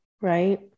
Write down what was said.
right